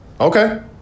Okay